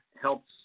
helps